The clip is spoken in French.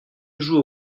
jouer